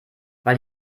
weil